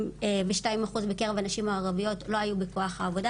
ושתיים אחוז בקרב הנשים הערביות לא היה בכוח העבודה,